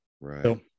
Right